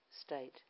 state